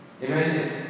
Imagine